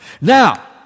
Now